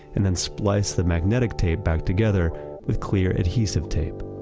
and then splice the magnetic tape back together with clear adhesive tape.